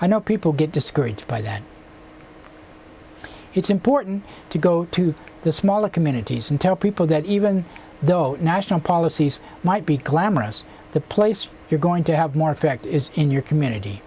i know people get discouraged by that it's important to go to the smaller communities and tell people that even though national policies might be glamorous the place you're going to have more effect is in your community